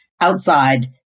outside